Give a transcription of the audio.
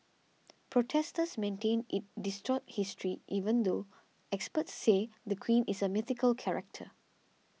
protesters maintain it distorts history even though experts say the queen is a mythical character